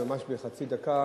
ממש בחצי דקה.